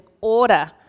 order